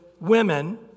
women